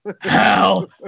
hell